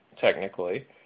technically